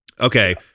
Okay